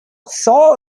sort